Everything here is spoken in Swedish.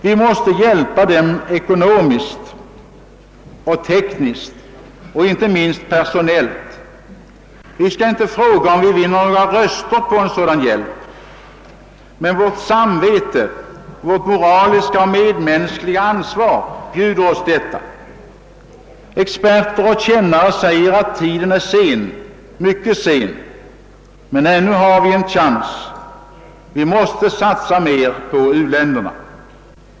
Vi måste hjälpa dem ekonomiskt och tekniskt och inte minst personellt. Vi skall inte fråga om vi vinner några röster på en sådan hjälp. Men vårt samvete, vårt moraliska och mänskliga ansvar bjuder oss detta. Experter och kännare säger att tiden är sen, mycket sen. Men ännu har vi en chans. Vi måste satsa mer på u-länderna!